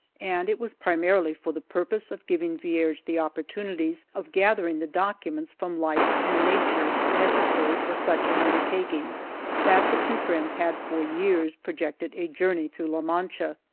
and it was primarily for the purpose of giving vierge the opportunities of gathering the documents from life and nature necessary for such an undertaking that the two friends had for years projected a jour ney through la mancha,